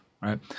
right